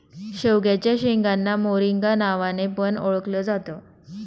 शेवग्याच्या शेंगांना मोरिंगा नावाने पण ओळखल जात